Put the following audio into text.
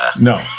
No